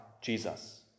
Jesus